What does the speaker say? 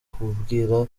kubwira